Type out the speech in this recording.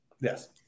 Yes